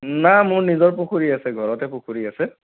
না মোৰ নিজৰ পুখুৰী আছে ঘৰতে পুখুৰী আছে